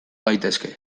gaitezke